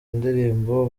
indirimbo